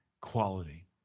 quality